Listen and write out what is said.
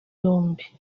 yombi